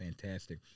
fantastic